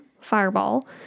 fireball